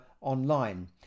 online